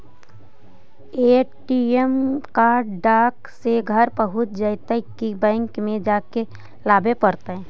ATM card डाक से घरे पहुँच जईतै कि बैंक में जाके लाबे पड़तै?